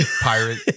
pirate